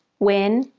when,